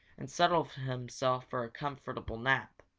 and settled himself for a comfortable nap.